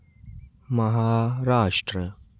Maharashtra